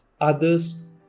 others